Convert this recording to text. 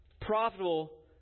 profitable